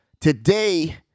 today